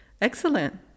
Excellent